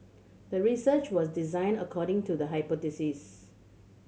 the research was designed according to the hypothesis